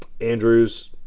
Andrews